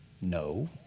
No